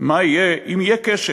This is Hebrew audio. מה יהיה אם יהיה כשל,